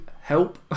help